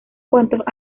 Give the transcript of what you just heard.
cuántos